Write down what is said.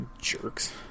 Jerks